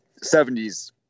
70s